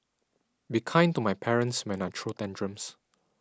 be kind to my parents when I throw tantrums